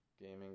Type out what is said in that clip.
gaming